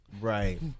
Right